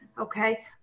Okay